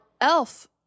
Elf